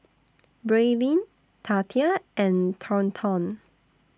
Braelyn Tatia and Thornton